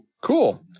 Cool